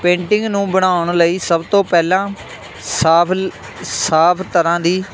painting ਨੂੰ ਬਣਾਉਣ ਲਈ ਸਭ ਤੋਂ ਪਹਿਲਾਂ ਸਾਫ਼ ਲ ਸਾਫ਼ ਤਰ੍ਹਾਂ ਦੀ